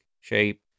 shape